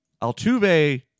Altuve